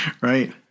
Right